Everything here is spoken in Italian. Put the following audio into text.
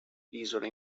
isole